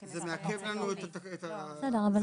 זה מעכב את האפשרות.